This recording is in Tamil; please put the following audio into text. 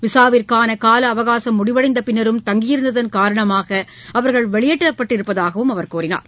விசாவிற்கான கால அவகாசம் முடிவடைந்த பின்னரும் தங்கியிருந்ததன் காரணமாக அவர்கள் வெளியேற்றப்பட்டு இருப்பதாக அவர் தெரிவித்தார்